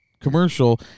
commercial